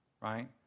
right